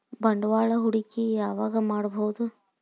ಬಂಡವಾಳ ಹೂಡಕಿ ಯಾವಾಗ್ ಮಾಡ್ಬಹುದು?